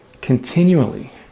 continually